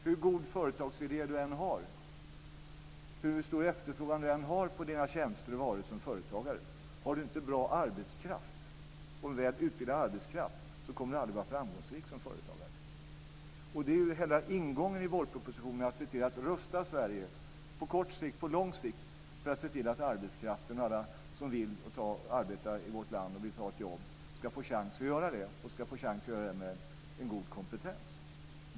Hur god företagsidé du än har, hur stor efterfrågan du än har på dina tjänster och varor som företagare, har du inte bra arbetskraft och en väl utbildad arbetskraft kommer du aldrig att vara framgångsrik som företagare. Hela ingången i vårpropositionen är att se till att rusta Sverige på kort sikt och på lång sikt för att se till att arbetskraften finns och att alla som vill arbeta i vårt land och ta ett jobb ska få chans att göra det, och få chans att göra det med en god kompetens.